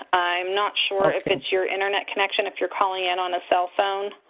i'm not sure if it's your internet connection, if you're calling in on a cell phone.